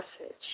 message